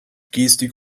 gestik